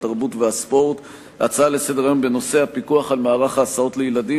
התרבות והספורט הצעה לסדר-היום בנושא: הפיקוח על מערך ההסעות לילדים,